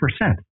percent